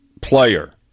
player